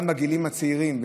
גם בגילים הצעירים,